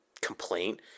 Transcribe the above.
complaint